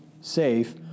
safe